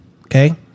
okay